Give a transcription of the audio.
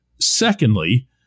Secondly